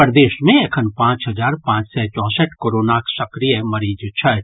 प्रदेश मे एखन पांच हजार पांच सय चौसठि कोरोनाक सक्रिय मरीज छथि